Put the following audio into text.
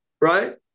Right